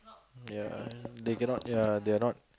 ya they cannot they are not